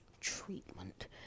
treatment